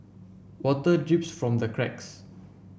water drips from the cracks